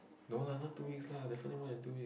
no lah not two weeks lah definitely more than two week